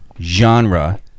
genre